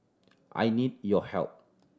I need your help